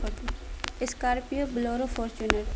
scorpio bolero Fortuner